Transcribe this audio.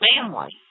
family